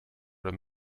oder